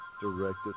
directed